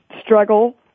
struggle